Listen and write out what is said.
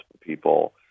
people